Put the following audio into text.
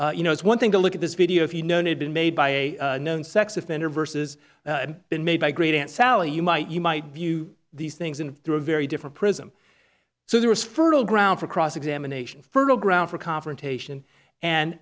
under you know it's one thing to look at this video if you known it been made by a known sex offender versus been made by great aunt sally you might you might view these things in through a very different prism so there is fertile ground for cross examination fertile ground for confrontation and